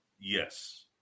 yes